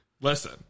Listen